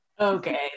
Okay